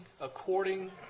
according